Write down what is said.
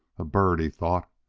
a bird! he thought.